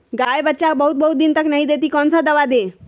गाय बच्चा बहुत बहुत दिन तक नहीं देती कौन सा दवा दे?